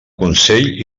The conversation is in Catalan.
consell